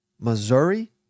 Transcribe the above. Missouri